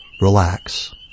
relax